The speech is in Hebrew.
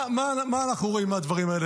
מה אנחנו רואים מהדברים האלה?